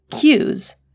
cues